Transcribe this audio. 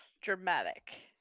dramatic